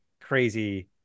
crazy